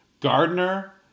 gardner